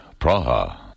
Praha